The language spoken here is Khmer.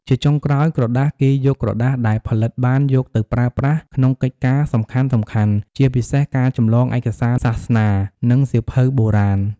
ជាចុងក្រោយក្រដាសគេយកក្រដាសដែលផលិតបានយកទៅប្រើប្រាស់ក្នុងកិច្ចការសំខាន់ៗ ជាពិសេសការចម្លងឯកសារសាសនា និងសៀវភៅបុរាណ។